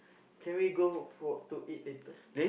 can we go for to eat later